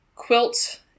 Quilt